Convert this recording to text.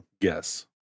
Yes